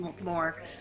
more